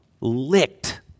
licked